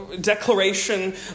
declaration